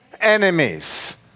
enemies